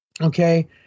Okay